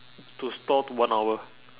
to stall to one hour